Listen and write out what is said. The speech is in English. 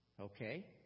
okay